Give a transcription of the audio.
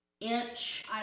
inch